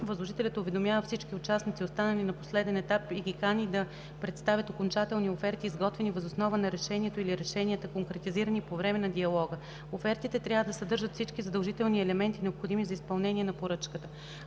възложителят уведомява всички участници, останали на последния етап, и ги кани да представят окончателни оферти, изготвени въз основа на решението или решенията, конкретизирани по време на диалога. Офертите трябва да съдържат всички задължителни елементи, необходими за изпълнение на поръчката.